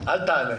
אל תענה.